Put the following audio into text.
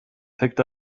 picked